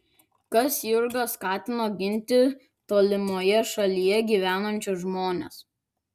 kas jurgą skatino ginti tolimoje šalyje gyvenančius žmones